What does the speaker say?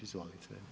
Izvolite.